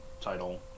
title